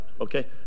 Okay